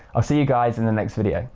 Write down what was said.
i'll see you guys in the next video.